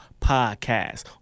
Podcast